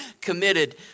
committed